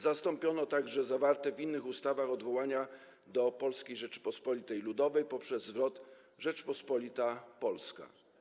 Zastąpiono także zawarte w innych ustawach odwołania do Polskiej Rzeczypospolitej Ludowej poprzez zwrot: Rzeczpospolita Polska.